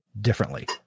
differently